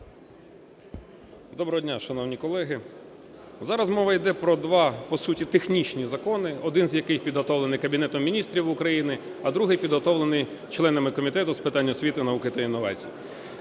Доброго дня шановні колеги! Зараз мова йде про два по суті технічні закони, один з яких підготовлений Кабінетом Міністрів України, а другий підготовлений членами Комітету з питань освіти, науки та інновацій.